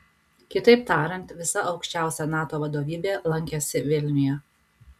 kitaip tariant visa aukščiausia nato vadovybė lankėsi vilniuje